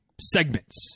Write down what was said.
segments